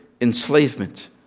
enslavement